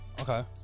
Okay